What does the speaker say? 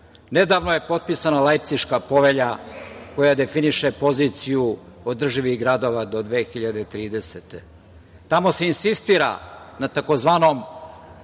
Nedavno je potpisana Lajpciška povelja koja definiše poziciju održivih gradova do 2030. godine. Tamo se insistira na tzv.